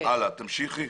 נגיע לזה.